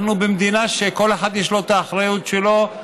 אנחנו במדינה שלכל אחד יש את האחריות שלו,